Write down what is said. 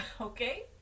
okay